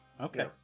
Okay